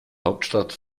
hauptstadt